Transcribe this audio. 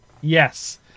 yes